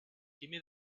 gimme